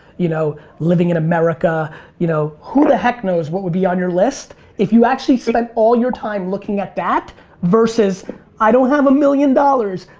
you know, living in america you know who the heck knows what would be on your list if you actually spent all your time looking at that versus i don't have a million dollars,